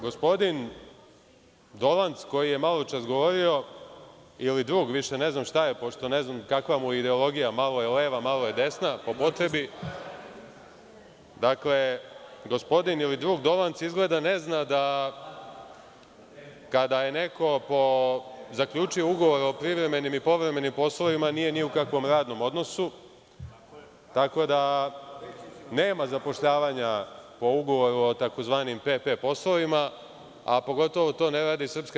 Gospodin Dolanc koji je maločas govorio ili drug, više ne znam šta je, pošto ne znam kakva mu je ideologija, malo je leva, malo je desna, po potrebi, dakle gospodin ili drug Dolanc izgleda ne zna da kada je neko zaključio ugovor o privremeni i povremenim poslovima, nije ni u kakvom radnom odnosu, tako da nema zapošljavanja po ugovoru o PP poslovima, a pogotovo to ne radi SNS.